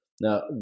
Now